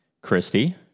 Christy